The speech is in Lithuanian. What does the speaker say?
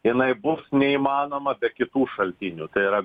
jinai bus neįmanoma be kitų šaltinių tai yra